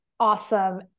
awesome